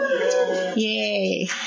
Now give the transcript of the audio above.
Yay